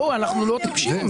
אנחנו לא טיפשים.